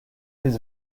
his